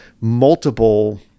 multiple